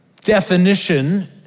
definition